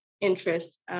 interest